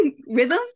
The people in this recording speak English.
Rhythm